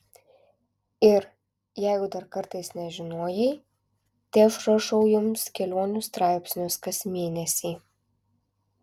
ir jeigu dar kartais nežinojai tai aš rašau jums kelionių straipsnius kas mėnesį